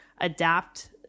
adapt